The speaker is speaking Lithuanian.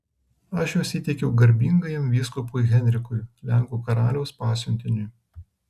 aš juos įteikiau garbingajam vyskupui henrikui lenkų karaliaus pasiuntiniui